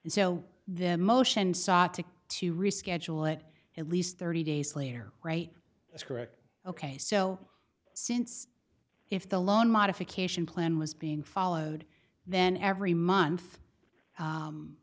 and so their motion sought to to reschedule it at least thirty days later right that's correct ok so since if the loan modification plan was being followed then every month